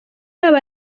aba